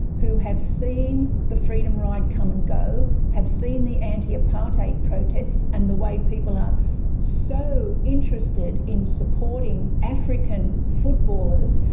who have seen the freedom ride come and go, have seen the anti-apartheid protests and the way people are so interested in supporting african footballers,